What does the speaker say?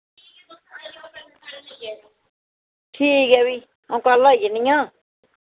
ठीक ऐ फ्ही अ'ऊं कल आई जन्नी आं